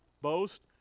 boast